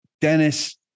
Dennis